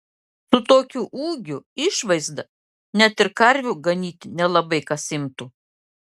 su tokiu ūgiu išvaizda net ir karvių ganyti nelabai kas imtų